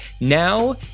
now